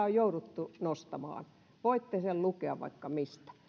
on jouduttu nostamaan voitte sen lukea vaikka mistä